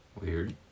Weird